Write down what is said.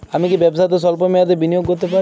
আমি কি ব্যবসাতে স্বল্প মেয়াদি বিনিয়োগ করতে পারি?